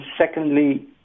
secondly